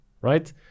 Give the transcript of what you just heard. right